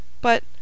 But